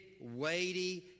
weighty